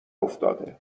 افتاده